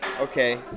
Okay